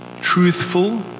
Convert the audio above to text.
truthful